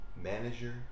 manager